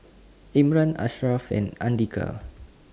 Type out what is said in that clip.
Imran Ashraf and Andika